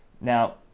Now